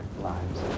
lives